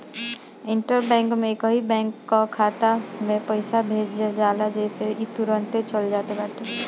inter bank में एकही bank कअ खाता में पईसा भेज जाला जेसे इ तुरंते चल जात बाटे